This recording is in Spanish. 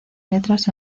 letras